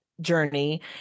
journey